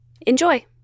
Enjoy